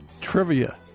trivia